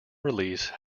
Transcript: release